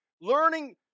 learning